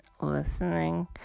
listening